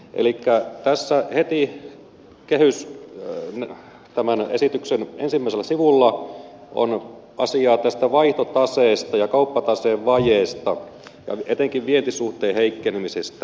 elikkä tässä heti tämän esityksen ensimmäisellä sivulla on asiaa tästä vaihtotaseesta ja kauppataseen vajeesta ja etenkin vientisuhteen heikkenemisestä